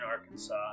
Arkansas